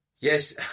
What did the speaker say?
Yes